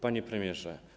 Panie Premierze!